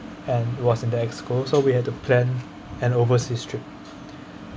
and was in the exco so we have to plan an overseas trip